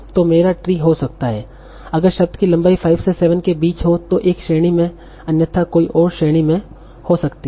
तो मेरा ट्री हो सकता है अगर शब्द की लंबाई 5 से 7 के बीच हो तो एक श्रेणी में अन्यथा कोई ओर श्रेणी में हो सकती है